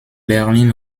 berlin